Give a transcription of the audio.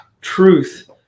truth